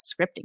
scripting